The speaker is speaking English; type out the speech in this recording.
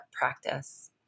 practice